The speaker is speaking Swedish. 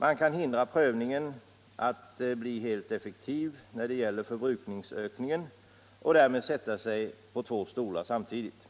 Man kan hindra prövningen att bli helt effektiv när det gäller förbrukningsökningen och därmed sätta sig på två stolar samtidigt.